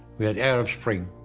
we had arab spring,